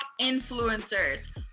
influencers